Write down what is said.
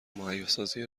مهیاسازی